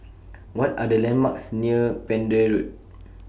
What Are The landmarks near Pender Road